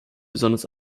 besonders